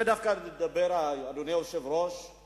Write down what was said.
עוצמים עיניים מלראות את מה שארצות-הברית מטילה עלינו עכשיו בהדרגה.